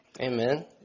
Amen